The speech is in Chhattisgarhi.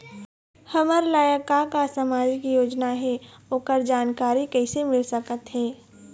हमर लायक का का सामाजिक योजना हे, ओकर जानकारी कइसे मील सकत हे?